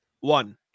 One